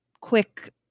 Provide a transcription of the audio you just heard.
quick